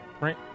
Right